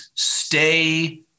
stay